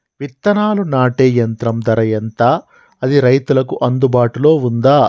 విత్తనాలు నాటే యంత్రం ధర ఎంత అది రైతులకు అందుబాటులో ఉందా?